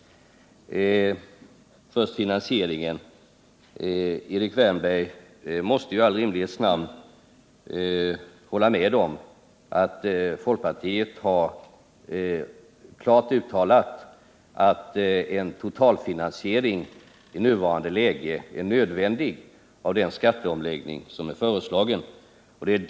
Först finansieringen. Erik Wärnberg måste ju i all rimlighets namn hålla med om att folkpartiet har klart uttalat att en totalfinansiering av den föreslagna skatteomläggningen är nödvändig i nuvarande läge.